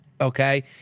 okay